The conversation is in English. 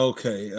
Okay